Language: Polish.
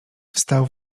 wstał